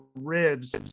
ribs